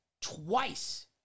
twice